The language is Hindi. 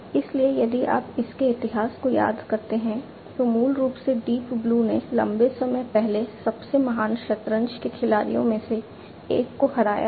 इसलिए यदि आप अब इसके इतिहास को याद करते हैं तो मूल रूप से डीप ब्लू ने लंबे समय पहले सबसे महान शतरंज के खिलाड़ियों में से एक को हराया था